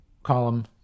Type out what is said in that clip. Column